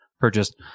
purchased